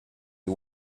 who